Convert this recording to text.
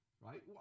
right